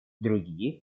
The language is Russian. другие